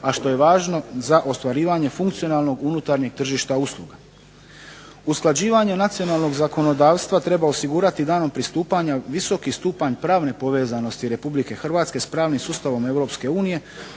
a što je važno za ostvarivanje funkcionalnog unutarnjeg tržišta usluga. Usklađivanje nacionalnog zakonodavstva treba osigurati danom pristupanja visoki stupanj pravne povezanosti Republike Hrvatske s pravnim sustavom